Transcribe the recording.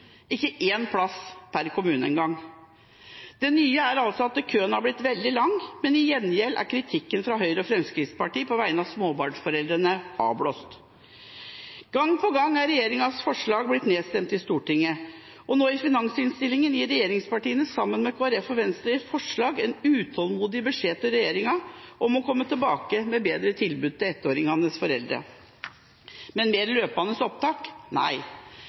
ikke én plass per kommune engang. Det nye er altså at køen er blitt veldig lang, men til gjengjeld er kritikken fra Høyre og Fremskrittspartiet på vegne av småbarnsforeldrene avblåst. Gang på gang er regjeringas forslag blitt nedstemt i Stortinget. Og nå i finansinnstillingen gir regjeringspartiene sammen med Kristelig Folkeparti og Venstre i forslag en utålmodig beskjed til regjeringa om å komme tilbake med bedre tilbud til ettåringenes foreldre. Men mer løpende opptak: